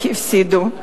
והפסידו.